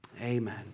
Amen